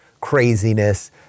craziness